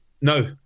no